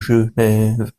genève